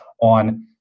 on